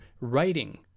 writing